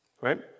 right